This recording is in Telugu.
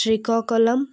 శ్రీకాకుళం